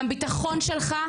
הביטחון שלך,